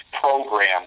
Program